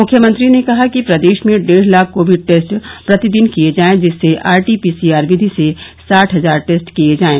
मुख्यमंत्री ने कहा कि प्रदेश में डेढ़ लाख कोविड टेस्ट प्रतिदिन किये जायें जिसमें आरटीपीसीआर विधि से साठ हजार टेस्ट किये जायें